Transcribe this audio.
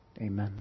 Amen